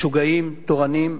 משוגעים תורנים,